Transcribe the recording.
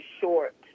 short